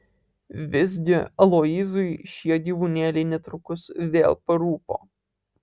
visgi aloyzui šie gyvūnėliai netrukus vėl parūpo